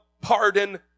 pardon